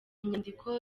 nyandiko